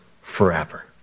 forever